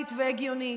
נורמלית והגיונית.